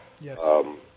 Yes